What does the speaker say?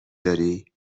داری